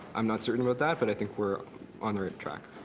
i'm not certain about that, but i think we're on the right track.